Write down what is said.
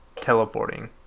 teleporting